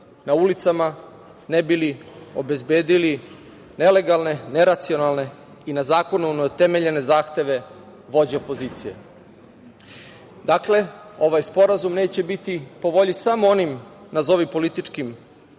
na ulicama ne bi li obezbedili nelegalne, neracionalne i zakonom neutemeljene zahteve vođe opozicije. Dakle, ovaj sporazum neće biti po volji samo onim nazovi političkim